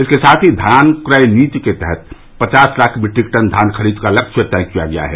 इसके साथ ही धान क्रय नीति के तहत पचास लाख मीट्रिक टन धान खरीद का लक्ष्य तय किया गया है